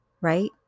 right